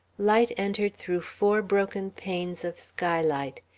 light entered through four broken panes of skylight.